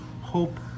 hope